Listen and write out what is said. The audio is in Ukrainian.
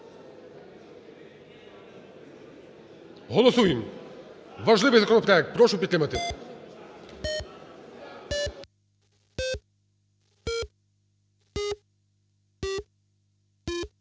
Голосуємо. Важливий законопроект, прошу підтримати.